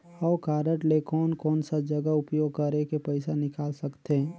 हव कारड ले कोन कोन सा जगह उपयोग करेके पइसा निकाल सकथे?